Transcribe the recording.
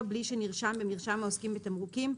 בלי שנרשם במרשם העוסקים בתמרוקים,